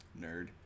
Nerd